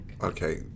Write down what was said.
Okay